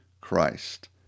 Christ